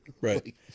right